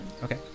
Okay